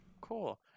Cool